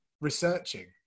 researching